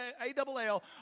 A-double-L